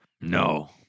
No